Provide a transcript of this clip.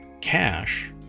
cash